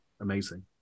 amazing